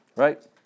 Right